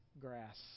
grass